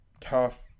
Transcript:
tough